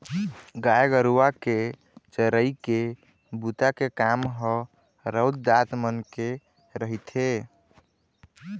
गाय गरुवा के चरई के बूता के काम ह राउत जात मन के रहिथे